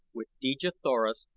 with dejah thoris,